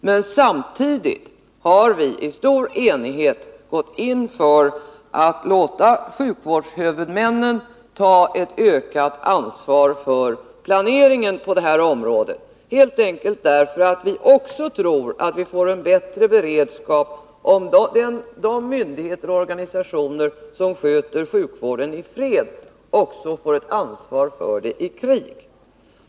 Men samtidigt har vi i stor enighet gått in för att låta sjukvårdshuvudmännen ta ett ökat ansvar för planeringen på det här området, helt enkelt därför att vi också tror att vi får en bättre beredskap, om de myndigheter och organisationer som sköter sjukvården i fred får ett ansvar för den även i krig.